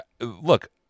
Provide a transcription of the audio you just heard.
look